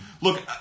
look